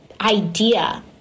idea